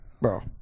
Bro